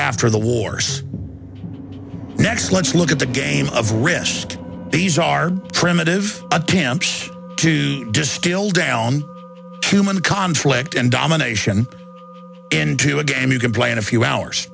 after the wars next let's look at the game of risk these are primitive attempts to distill down cumin conflict and domination into a game you can play in a few hours